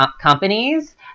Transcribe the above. companies